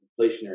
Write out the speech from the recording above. inflationary